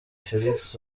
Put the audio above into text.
felix